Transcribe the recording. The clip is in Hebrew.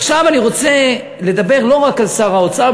עכשיו אני רוצה לדבר לא רק על שר האוצר,